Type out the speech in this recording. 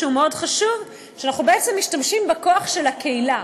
שהוא מאוד חשוב: אנחנו בעצם משתמשים בכוח של הקהילה.